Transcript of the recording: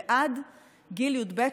ועד גיל י"ב,